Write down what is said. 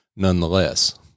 nonetheless